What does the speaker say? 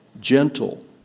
gentle